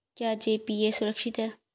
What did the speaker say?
क्या जी.पी.ए सुरक्षित है?